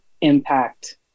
impact